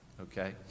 Okay